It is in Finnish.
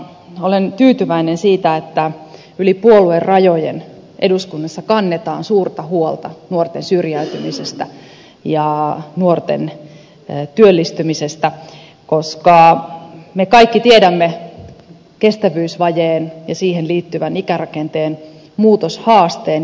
olen tyytyväinen siitä että yli puoluerajojen eduskunnassa kannetaan suurta huolta nuorten syrjäytymisestä ja nuorten työllistymisestä koska me kaikki tiedämme kestävyysvajeen ja siihen liittyvän ikärakenteen muutoshaasteen